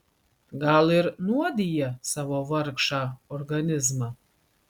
gal ir nuodija savo vargšą organizmą